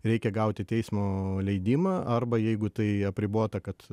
reikia gauti teismo leidimą arba jeigu tai apribota kad